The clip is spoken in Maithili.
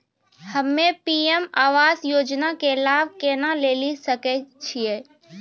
हम्मे पी.एम आवास योजना के लाभ केना लेली सकै छियै?